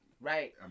Right